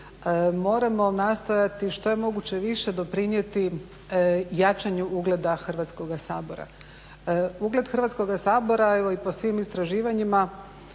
moramo nastojati što je moguće više doprinijeti jačanju ugleda Hrvatskoga sabora. Ugled Hrvatskoga sabora evo i po svim istraživanjima